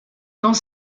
dans